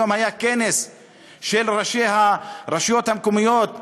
היום היה כנס של ראשי הרשויות המקומיות מכל,